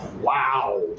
Wow